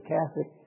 Catholic